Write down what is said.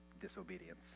disobedience